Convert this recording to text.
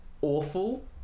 awful